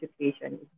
education